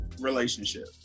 relationship